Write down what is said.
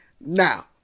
now